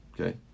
Okay